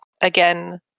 again